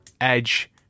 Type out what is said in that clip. edge